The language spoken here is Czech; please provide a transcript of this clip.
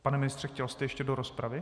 Pane ministře, chtěl jste ještě do rozpravy?